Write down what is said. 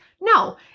No